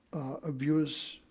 abuse